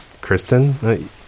Kristen